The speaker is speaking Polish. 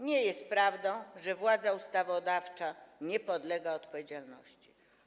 Nie jest prawdą, że władza ustawodawcza nie podlega odpowiedzialności.